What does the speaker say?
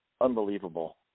unbelievable